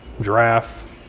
giraffe